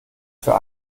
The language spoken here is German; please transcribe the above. für